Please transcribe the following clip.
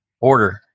order